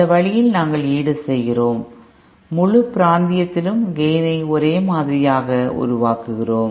இந்த வழியில் நாங்கள் ஈடுசெய்கிறோம் முழு பிராந்தியத்திலும் கேய்ன்ஐ ஒரே மாதிரியாக உருவாக்குகிறோம்